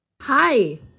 Hi